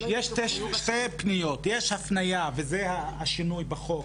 יש שתי הפניות: אחת וזה השינוי בחוק